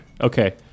Okay